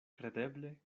kredeble